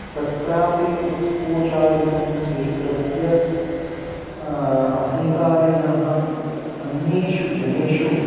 तत्रापि उत्कोचादिकं स्वीकृत्य अधिकारिणः अन्येभ्यः जनेभ्यः